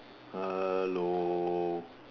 hello